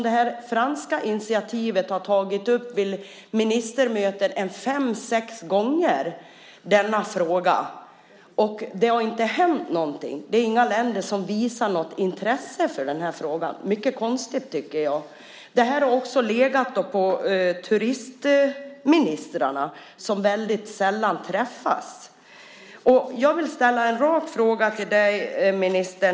Det franska initiativet har tagits upp vid ministermöten fem sex gånger, och det har inte hänt något. Inga länder visar något intresse för den här frågan. Det är mycket konstigt, tycker jag. Det här har legat på turistministrarna som väldigt sällan träffas. Jag vill ställa en rak fråga till dig, ministern.